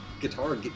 guitar